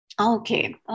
Okay